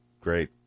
great